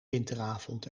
winteravond